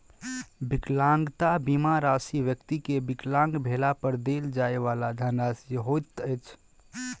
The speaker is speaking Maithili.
विकलांगता बीमा राशि व्यक्ति के विकलांग भेला पर देल जाइ वाला धनराशि होइत अछि